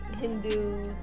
Hindu